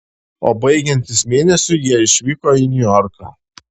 o baigiantis mėnesiui jie išvyko į niujorką